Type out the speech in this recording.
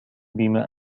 بما